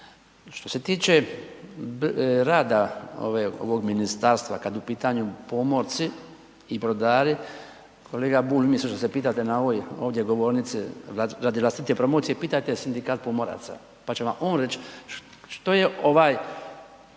Što se tiče rada ove, ovog ministarstva, kad je u pitanju pomorci i brodari, kolega Bulj umjesto što se pitate na ovoj ovdje govornici radi vlastite promocije, pitajte sindikat pomoraca, pa će vam on reć što je ovaj,